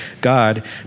God